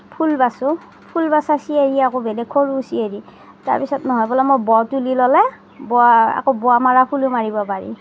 ফুল বাচোঁ ফুল বচাঁ চিৰি এৰি আকৌ বেলেগ সৰু চিৰিয়েদি তাৰপিছত নহয় বোলে মই বৰ তুলি লৈ আকৌ বোৱা মেলাবোৰো মাৰিব পাৰি